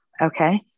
okay